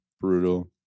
brutal